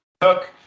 Cook